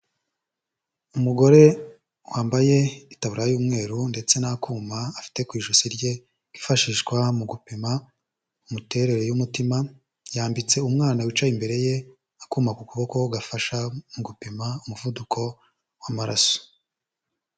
Umugore wambaye itaburiya y'umweru ndetse n'akuma afite ku ijosi rye, kifashishwa mu gupima imiterere y'umutima, yambitse umwana wicaye imbere ye akuma ku kuboko gafasha mu gupima umuvuduko w'amaraso.